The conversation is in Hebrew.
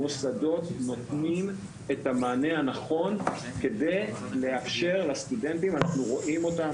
המוסדות נותנים את המענה הנכון כדי לאפשר לסטודנטים אנחנו רואים אותם